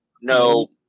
no